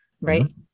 Right